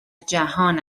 جهان